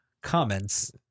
Comments